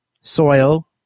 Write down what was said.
soil